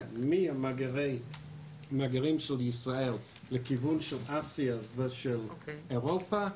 מהמאגרים של ישראל לכיוון אסיה ואירופה.